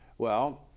well,